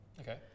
Okay